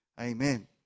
amen